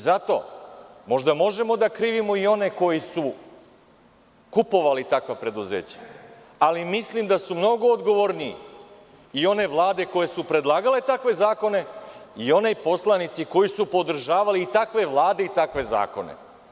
Za to možda možemo da krivimo i one koji su kupovali takva preduzeća, ali mislim da su mnogo odgovorniji i one vlade koje su predlagale takve zakone, i oni poslanici koji su podržavali i takve vlade i takve zakone.